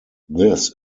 this